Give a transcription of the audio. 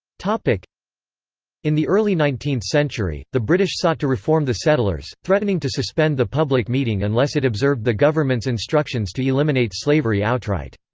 in the early nineteenth century, the british sought to reform the settlers, threatening to suspend the public meeting unless it observed the government's instructions to eliminate slavery outright.